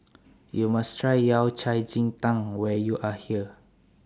YOU must Try Yao Cai Ji Tang when YOU Are here